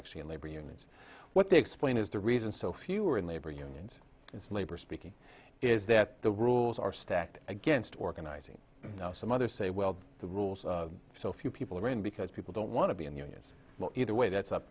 actually in labor unions what they explain is the reason so few are in labor unions its labor speaking is that the rules are stacked against organizing some other say well the rules so few people are in because people don't want to be in the us either way that's up